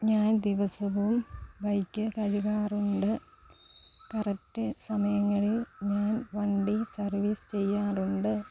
ഞാൻ ദിവസവും ബൈക്ക് കഴുകാറുണ്ട് കറക്റ്റ് സമയങ്ങളിൽ ഞാൻ വണ്ടി സർവീസ് ചെയ്യാറുണ്ട്